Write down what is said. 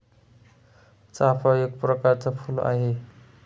चाफा एक प्रकरच फुल आहे